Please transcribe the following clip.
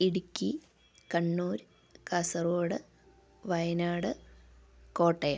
Idukki Kannur Kasaragod Wayanad Kottayam